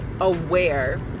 aware